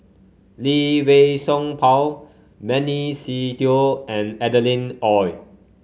Lee Wei Song Paul Benny Se Teo and Adeline Ooi